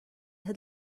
had